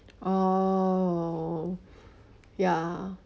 oh ya